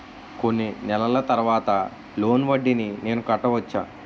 కొన్ని నెలల తర్వాత లోన్ వడ్డీని నేను కట్టవచ్చా?